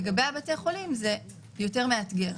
לגבי בתי החולים זה יותר מאתגר.